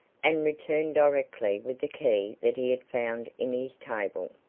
and returned directly with the key that he had found in his table.